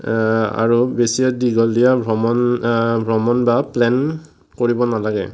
আৰু বেছি দীঘলীয়া ভ্ৰমণ ভ্ৰমণ বা প্লেন কৰিব নালাগে